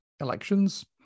elections